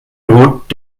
droht